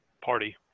party